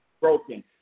broken